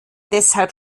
deshalb